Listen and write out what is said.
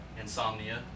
insomnia